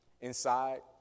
Inside